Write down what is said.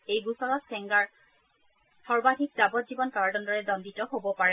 এই গোচৰত চেংগাৰ সৰ্বাধিক যাৱজ্বীৱন কাৰাদণ্ডৰে দণ্ডিত হ'ব পাৰে